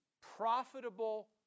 profitable